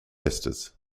esters